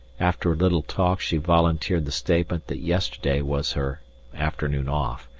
after a little talk she volunteered the statement that yesterday was her afternoon off,